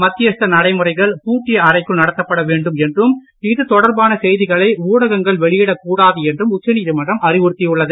மத்தியஸ்த நடைமுறைகள் பூட்டிய அறைக்குள் நடத்தப்பட வேண்டும் என்றும் இது தொடர்பான செய்திகளை ஊடகங்கள் வெளியிடக் கூடாது என்றும் உச்சநீதிமன்றம் அறிவுறுத்தியுள்ளது